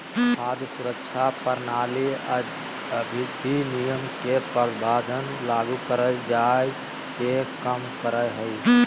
खाद्य सुरक्षा प्रणाली अधिनियम के प्रावधान लागू कराय के कम करा हइ